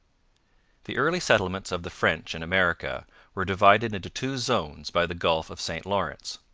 the early settlements of the french in america were divided into two zones by the gulf of st lawrence.